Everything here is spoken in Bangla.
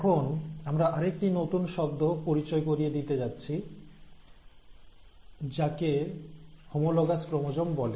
এখন আমরা আরেকটি নতুন শব্দ পরিচয় করিয়ে দিতে যাচ্ছি যাকে হোমোলোগাস ক্রোমোজোম বলে